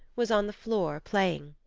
was on the floor, playing.